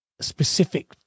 specific